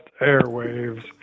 airwaves